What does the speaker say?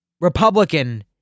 Republican